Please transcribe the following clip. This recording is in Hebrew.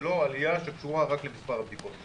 זאת לא עלייה שקשורה רק למס' הבדיקות.